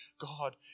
God